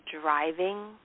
driving